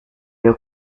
bill